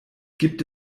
gibt